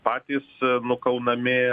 patys nukaunami